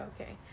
okay